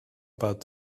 about